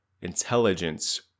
intelligence